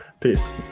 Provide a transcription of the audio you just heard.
peace